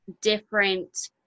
different